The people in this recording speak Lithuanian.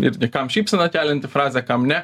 ir kam šypseną kelianti frazė kam ne